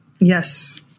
Yes